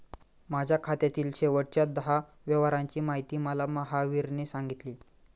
माझ्या खात्यातील शेवटच्या दहा व्यवहारांची माहिती मला महावीरने सांगितली